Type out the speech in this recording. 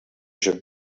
joc